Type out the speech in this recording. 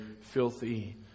filthy